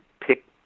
pick